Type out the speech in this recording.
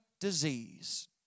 disease